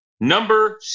Number